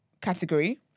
category